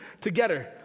together